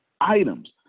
items